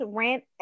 rent